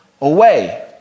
away